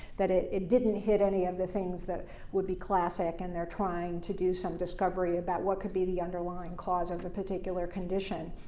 that it it didn't hit any of the things that would be classic, and they're trying to do some discovery about what could be the underlying cause of the particular condition.